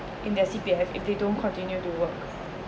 in their C_P_F if they don't continue to work